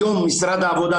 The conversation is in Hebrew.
היום משרד העבודה,